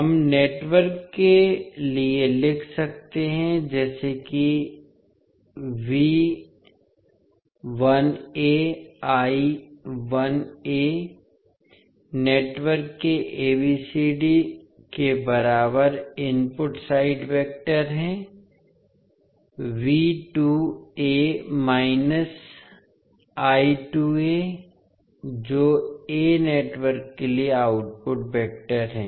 हम नेटवर्क के लिए लिख सकते हैं जैसे कि नेटवर्क के ABCD के बराबर इनपुट साइड वेक्टर है जो a नेटवर्क के लिए आउटपुट वेक्टर है